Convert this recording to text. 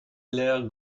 l’air